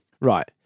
right